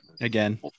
again